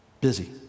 Busy